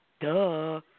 Duh